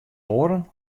oaren